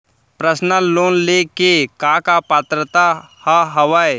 Personal loan ले के का का पात्रता का हवय?